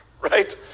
right